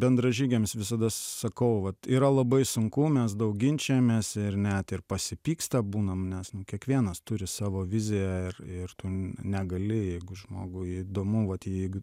bendražygiams visada sakau vat yra labai sunku mes daug ginčijamės ir net ir pasipyksta būnam nes kiekvienas turi savo viziją ir ir tu negali jeigu žmogui įdomu vat jeigu